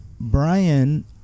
Brian